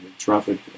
traffic